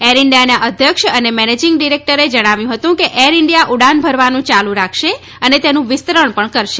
air ઇન્ડિયાના અધ્યક્ષ અને મેનેજિંગ ડિરેક્ટરે જણાવ્યું હતું કે એર ઇન્ડિયા ઉડાન ભરવાનું ચાલુ રાખશે અને તેનું વિસ્તરણ પણ કરશે